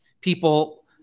people